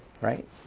right